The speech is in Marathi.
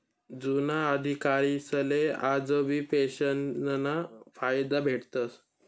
जुना अधिकारीसले आजबी पेंशनना फायदा भेटस